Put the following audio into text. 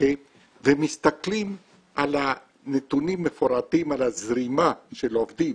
ומסתכלים על הנתונים המפורטים על הזרימה של העובדים,